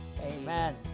Amen